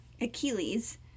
Achilles